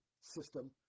system